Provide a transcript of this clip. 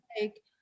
like-